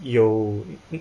有